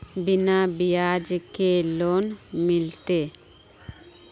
बिना ब्याज के लोन मिलते?